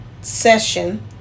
session